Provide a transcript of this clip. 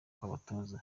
kw’abatoza